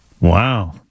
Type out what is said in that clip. Wow